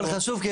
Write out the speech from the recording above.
אבל חשוב,